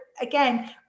again